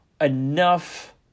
enough